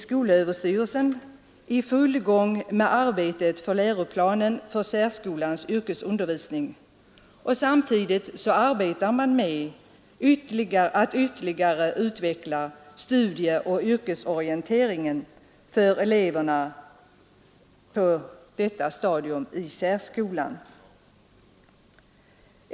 Skolöverstyrelsen är nu i full gång med arbetet på läroplanen för särskolans yrkesundervisning, och samtidigt arbetar man med att ytterligare utveckla studieoch yrkesorienteringen för eleverna på detta stadium i särskolan.